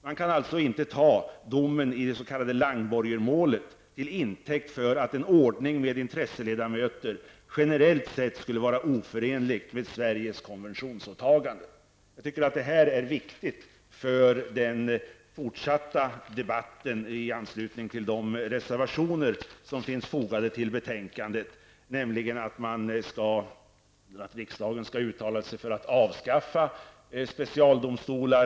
Man kan alltså inte ta domen i det s.k. Langborgermålet till intäkt för att en ordning med intresseledamöter generellt sett skulle vara oförenlig med Sveriges konventionsåtagande. Jag tycker att det är viktigt att konstatera detta för den fortsatta debatten i anslutning till de reservationer som fogats till betänkandet om att riksdagen skall uttala sig för att avskaffa specialdomstolar.